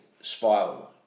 spiral